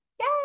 yay